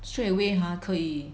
straight away 她可以